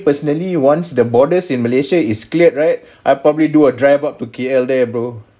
personally once the borders in malaysia is cleared right I probably do a drive up to K_L there bro